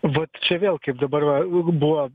vat čia vėl kaip dabar va buvo